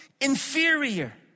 inferior